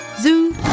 Zoo